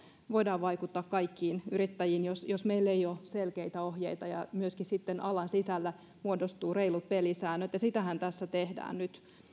voidaan vaikuttaa kaikkiin yrittäjiin jos jos meillä ei ole selkeitä ohjeita ja myöskin sitten alan sisällä muodostuu reilut pelisäännöt ja sitähän tässä tehdään nyt